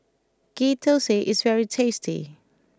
Ghee Thosai is very tasty